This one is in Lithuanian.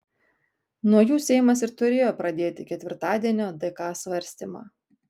nuo jų seimas ir turėjo pradėti ketvirtadienio dk svarstymą